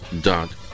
dot